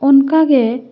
ᱚᱱᱠᱟᱜᱮ